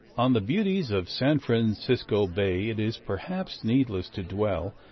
on the beauties of san francisco bay it is, perhaps, needless to dwell,